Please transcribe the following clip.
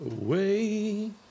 away